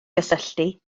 gysylltu